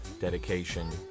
dedication